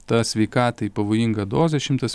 ta sveikatai pavojinga dozė šimtas